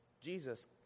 Jesus